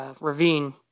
ravine